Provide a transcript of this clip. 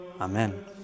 Amen